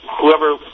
whoever